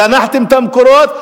זנחתם את המקורות,